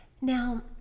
Now